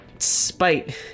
spite